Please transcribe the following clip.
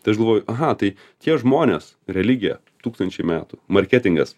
tai aš galvoju aha tai tie žmonės religija tūkstančiai metų marketingas